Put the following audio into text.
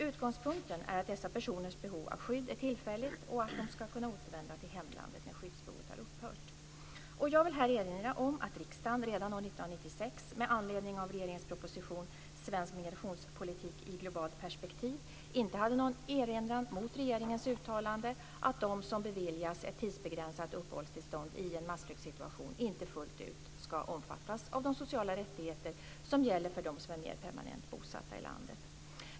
Utgångspunkten är att dessa personers behov av skydd är tillfälligt och att de ska kunna återvända till hemlandet när skyddsbehovet har upphört. Jag vill här erinra om att riksdagen redan år 1996, med anledning av regeringens proposition Svensk migrationspolitik i globalt perspektiv, inte hade någon erinran mot regeringens uttalande att de som beviljas ett tidsbegränsat uppehållstillstånd i en massflyktsituation inte fullt ut ska omfattas av de sociala rättigheter som gäller för dem som är mer permanent bosatta i landet.